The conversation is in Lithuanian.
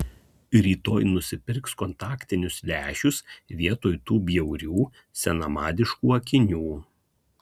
rytoj nusipirks kontaktinius lęšius vietoj tų bjaurių senamadiškų akinių